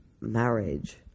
marriage